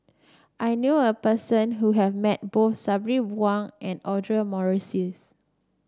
I knew a person who have met both Sabri Buang and Audra Morrice